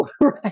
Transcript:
right